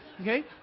okay